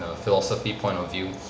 a philosophy point of view